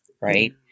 right